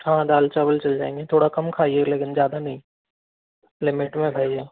हाँ दाल चावल चल जाएंगे थोड़ा कम खाइए लेकिन ज़्यादा नहीं लिमिट में खाइए